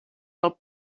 del